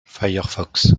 firefox